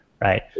right